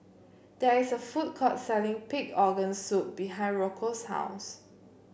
there is a food court selling Pig Organ Soup behind Rocco's house